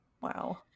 Wow